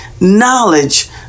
knowledge